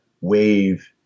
wave